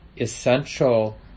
essential